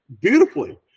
beautifully